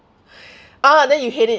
ah then you hate it